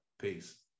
Peace